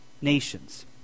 Nations